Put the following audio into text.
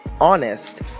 Honest